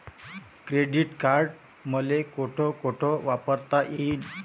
Credit card मले कोठ कोठ वापरता येईन?